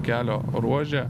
kelio ruože